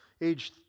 age